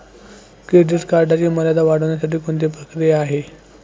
Credit कार्डची मर्यादा वाढवण्यासाठी कोणती प्रक्रिया आहे?